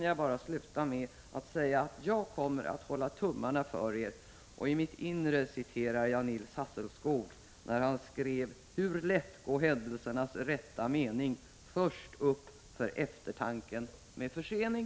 Jag slutar med att säga att jag kommer att hålla tummarna för er, och i mitt inre citerar jag Nils Hasselskog: ”Hur lätt går händelsernas rätta mening först upp för eftertanken med försening.”